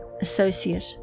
associate